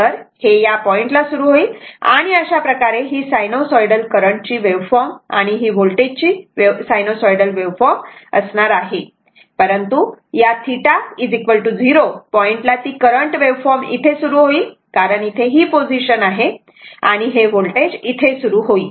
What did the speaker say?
तर या पॉइंटला हे सुरू होईल आणि अशाप्रकारे ही सायनोसॉइडल करंट वेव्हफॉर्म आणि ही वोल्टेजची देखील सायनोसॉइडल वेव्हफॉर्म असणार आहे परंतु या θ 0 पॉइंटला ती करंट वेव्हफॉर्म इथे सुरू होईल कारण इथे ही पोझिशन आहे आणि हे व्होल्टेज इथे सुरू होईल